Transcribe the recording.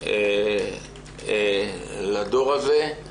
אני רוצה לבקש אם אפשר שהוועדה תיתן בסוף